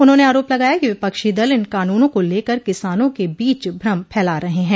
उन्होंने आरोप लगाया कि विपक्षी दल इन कानूनों को लेकर किसानों के बीच भ्रम फैला रहे हैं